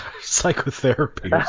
psychotherapy